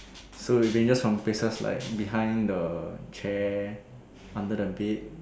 so it ranges from places like behind the chair under the bed